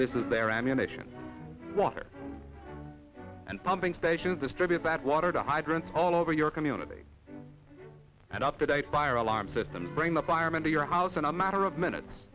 this is their ammunition water and pumping stations distribute bad water to hydrants all over your community and up to date fire alarm system bring the firemen to your house and a matter of minutes